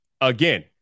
again